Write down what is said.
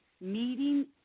meeting